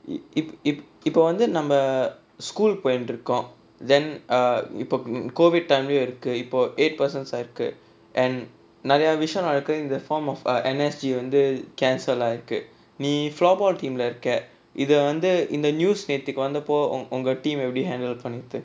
இப்ப இப்ப வந்து நம்ம:ippa ippa vanthu namma school போய்ட்டு இருக்கோம்:poyittu irukkom then இப்ப:ippa COVID time இருக்கு இப்ப:irukku ippa eight percent ஆயிருக்கு:aayirukku and நிறையா விஷயம் நடக்குது:niraiyaa vishayam nadakkuthu in the form of energy வந்து:vanthu cancel ஆயிருக்கு நீ:aayirukku nee floorball team lah இருக்க இத வந்து இந்த:irukka itha vanthu intha news நேத்தைக்கு வந்தப்போ உங்க:nethaikku vanthappo unga team எப்படி:eppadi handle பண்ணிது:pannithu